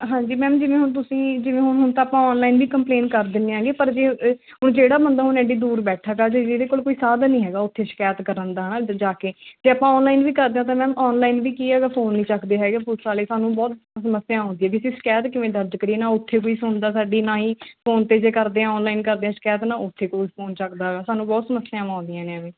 ਹਾਂਜੀ ਮੈਮ ਜਿਵੇਂ ਹੁਣ ਤੁਸੀਂ ਜਿਵੇਂ ਹੁਣ ਹੁਣ ਤਾਂ ਆਪਾਂ ਔਨਲਾਈਨ ਵੀ ਕੰਪਲੇਨ ਕਰ ਦਿੰਦੇ ਹੈਗੇ ਪਰ ਜੇ ਹੁਣ ਜਿਹੜਾ ਬੰਦਾ ਹੁਣ ਐਡੀ ਦੂਰ ਬੈਠਾ ਗਾ ਜਾਂ ਜਿਹਦੇ ਕੋਲ ਸਾਧਨ ਨਹੀਂ ਹੈਗਾ ਉੱਥੇ ਸ਼ਿਕਾਇਤ ਕਰਨ ਦਾ ਹੈ ਨਾ ਜਾ ਜਾ ਕੇ ਜੇ ਆਪਾਂ ਔਨਲਾਈਨ ਵੀ ਕਰਦੇ ਹਾਂ ਤਾਂ ਮੈਮ ਔਨਲਾਈਨ ਵੀ ਕੀ ਹੈਗਾ ਫੋਨ ਨਹੀਂ ਚੱਕਦੇ ਹੈਗੇ ਪੁਲਸ ਵਾਲੇ ਸਾਨੂੰ ਬਹੁਤ ਸਮੱਸਿਆ ਆਉਂਦੀ ਹੈ ਵੀ ਅਸੀਂ ਸ਼ਿਕਾਇਤ ਕਿਵੇਂ ਦਰਜ ਕਰੀਏ ਨਾ ਉੱਥੇ ਕੋਈ ਸੁਣਦਾ ਸਾਡੀ ਨਾ ਹੀ ਫੋਨ 'ਤੇ ਜੇ ਕਰਦੇ ਹਾਂ ਔਨਲਾਈਨ ਕਰਦੇ ਹਾਂ ਸ਼ਿਕਾਇਤ ਨਾ ਉੱਥੇ ਕੋਈ ਫੋਨ ਚੱਕਦਾ ਗਾ ਸਾਨੂੰ ਬਹੁਤ ਸਮੱਸਿਆਵਾਂ ਆਉਂਦੀਆਂ ਨੇ ਐਵੇਂ